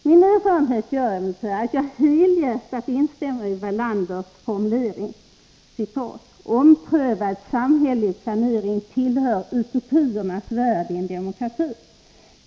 Min erfarenhet gör att jag helhjärtat instämmer i Wallanders formulering: ”Omprövad samhällelig planering tillhör utopiernas värld i en demokrati.